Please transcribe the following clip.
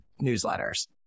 newsletters